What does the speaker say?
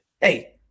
Hey